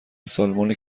سالمون